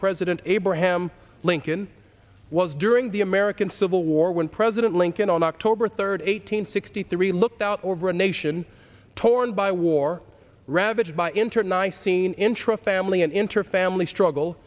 president abraham lincoln was during the american civil war when president lincoln on october third eight hundred sixty three looked out over a nation torn by war ravaged by internet i seen intro family and interfamily struggle